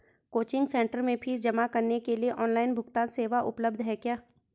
Coaching centre में fees जमा करने के लिए ऑनलाइन भुगतान सेवा उपलब्ध है क्या?